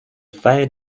fall